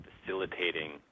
facilitating